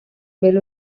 belo